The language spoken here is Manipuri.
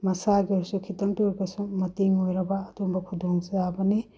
ꯃꯁꯥꯒꯤ ꯑꯣꯏꯔꯒꯁꯨ ꯈꯤꯇꯪꯇ ꯑꯣꯏꯔꯒꯁꯨ ꯃꯇꯦꯡ ꯑꯣꯏꯔꯕ ꯑꯗꯨꯒꯨꯝꯕ ꯈꯨꯗꯣꯡ ꯆꯥꯕꯅꯤ